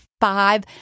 five